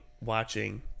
watching